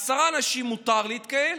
עשרה אנשים מותר להתקהל,